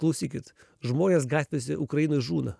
klausykit žmonės gatvėse ukrainoj žūna